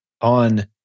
on